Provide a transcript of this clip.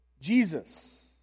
Jesus